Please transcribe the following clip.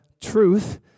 truth